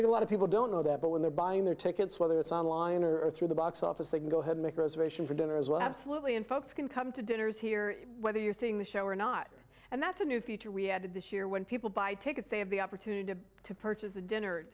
think a lot of people don't know that but when they're buying their tickets whether it's online or through the box office they can go ahead make reservations for dinner as well absolutely and folks can come to dinners here whether you're seeing the show or not and that's a new feature we had this year when people buy tickets they have the opportunity to purchase the dinner